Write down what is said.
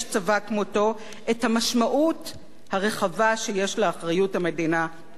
את המשמעות הרחבה שיש לאחריות המדינה כלפי אזרחיה.